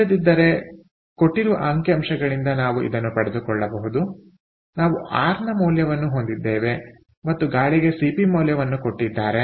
ಇಲ್ಲದಿದ್ದರೆ ಕೊಟ್ಟಿರುವ ಅಂಕಿ ಅಂಶಗಳಿಂದ ನಾವು ಇದನ್ನು ಪಡೆದುಕೊಳ್ಳಬಹುದು ನಾವು r ನ ಮೌಲ್ಯವನ್ನು ಹೊಂದಿದ್ದೇವೆ ಮತ್ತು ಗಾಳಿಗೆ ಸಿಪಿ ಮೌಲ್ಯವನ್ನು ಕೊಟ್ಟಿದ್ದಾರೆ